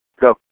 Go